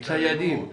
להתעללות,